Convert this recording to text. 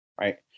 Right